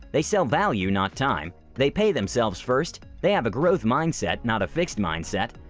they sell value not time, they pay themselves first, they have a growth mindset not a fixed mindset,